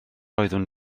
oeddwn